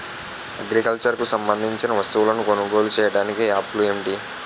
Agriculture కు సంబందించిన వస్తువులను కొనుగోలు చేయటానికి యాప్లు ఏంటి?